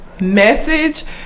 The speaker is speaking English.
message